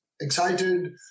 excited